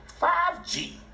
5g